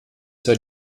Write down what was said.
sei